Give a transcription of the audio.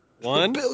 One